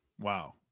Wow